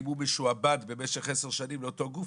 אם הוא משועבד במשך עשר שנים לאותו גוף,